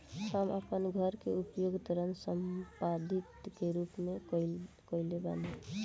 हम आपन घर के उपयोग ऋण संपार्श्विक के रूप में कइले बानी